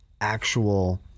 actual